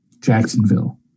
Jacksonville